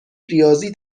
ریاضی